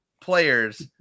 players